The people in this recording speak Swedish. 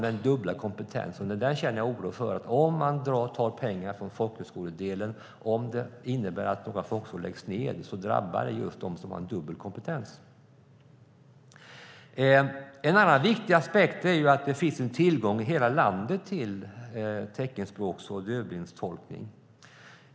Den dubbla kompetensen är viktig, och jag känner oro för att om man tar pengar från folkhögskoledelen och det innebär att några folkhögskolor läggs ned kommer det att drabba just dem som har dubbel kompetens. En annan viktig aspekt är att det finns tillgång till teckenspråks och dövblindtolkning i hela landet.